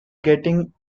getting